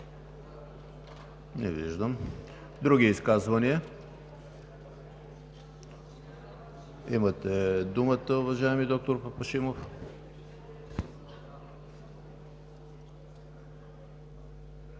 реплики. Други изказвания? Имате думата, уважаеми доктор Папашимов.